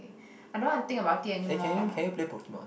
I don't want to think about it anymore